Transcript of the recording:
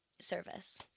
service